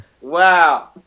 wow